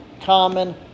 common